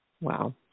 Wow